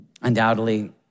Undoubtedly